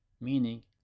meaning